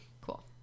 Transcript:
Cool